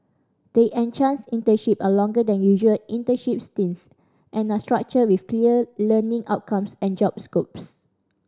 the enhanced internship are longer than usual internship stints and structured with clear learning outcomes and job scopes